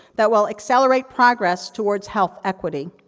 that will accelerate progress towards health equity.